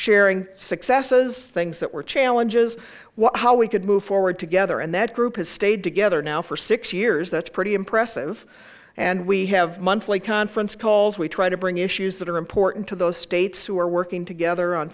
sharing successes things that were challenges what how we could move forward together and that group has stayed together now for six years that's pretty impressive and we have monthly conference calls we try to bring issues that are important to those states who are working together on